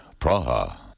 Praha